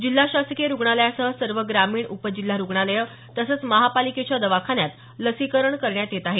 जिल्हा शासकीय रुग्णालयासह सर्व ग्रामीण उपजिल्हा रुग्णालयं तसंच महापालिकेच्या दवाखान्यात लसीकरण करण्यात येत आहे